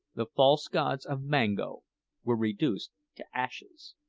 the false gods of mango were reduced to ashes!